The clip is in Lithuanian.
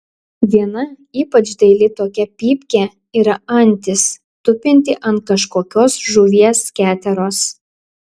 viena ypač daili tokia pypkė yra antis tupinti ant kažkokios žuvies keteros